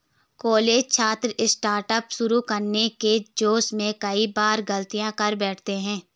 college छात्र startup शुरू करने के जोश में कई बार गलतियां कर बैठते हैं